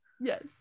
Yes